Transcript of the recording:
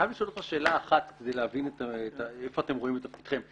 אני חייב לשאול אותך שאלה אחת כדי להבין איפה אתם רואים את תפקידכם.